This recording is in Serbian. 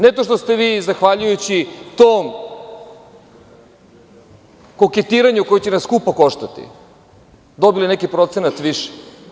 Ne to što ste vi, zahvaljujući tom koketiranju koje će nas skupo koštati, dobili neki procenat više.